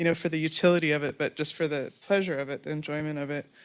you know for the utility of it but just for the pleasure of it, the enjoyment of it.